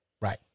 Right